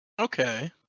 okay